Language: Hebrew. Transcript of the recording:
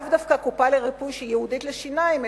לאו דווקא קופה שהיא ייעודית לריפוי שיניים,